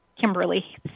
Kimberly